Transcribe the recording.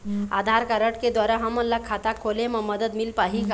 आधार card के द्वारा हमन ला खाता खोले म मदद मिल पाही का?